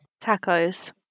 Tacos